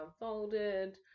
unfolded